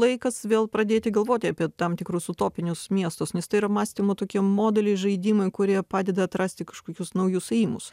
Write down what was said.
laikas vėl pradėti galvoti apie tam tikrus utopinius miestus nes tai yra mąstymo tokie modeliai žaidimai kurie padeda atrasti kažkokius naujus ėjimus